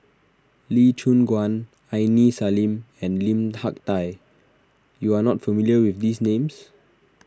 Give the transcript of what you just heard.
Lee Choon Guan Aini Salim and Lim Hak Tai you are not familiar with these names